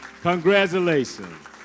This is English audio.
Congratulations